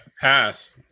pass